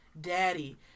Daddy